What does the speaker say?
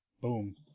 Boom